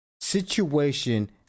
Situation